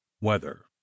Weather